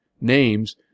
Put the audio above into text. names